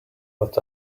what